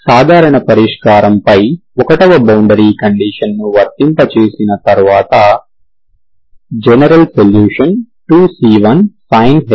సాధారణ పరిష్కారంపై 1వ బౌండరీ కండీషన్ ని వర్తింపజేసిన తర్వాత జనరల్ సొల్యూషన్ 2c1sinh μx అని సూచిస్తుంది